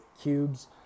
cubes